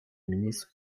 ministre